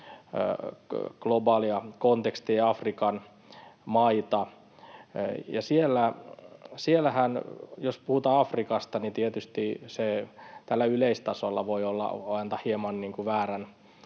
globaalia kontekstia ja Afrikan maita. Jos puhutaan Afrikasta, niin tietysti se tällä yleistasolla voi antaa hieman väärän